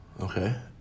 okay